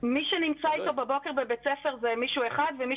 מי שנמצא איתו בבית הספר בבוקר זה מישהו אחד ומי